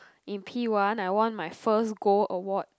in P one I won my first gold award